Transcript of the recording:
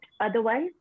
otherwise